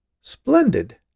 Splendid